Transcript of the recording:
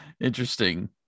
Interesting